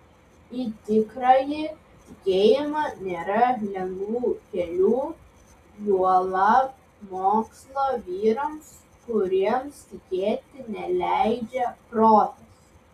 į tikrąjį tikėjimą nėra lengvų kelių juolab mokslo vyrams kuriems tikėti neleidžia protas